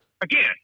again